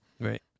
Right